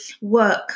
work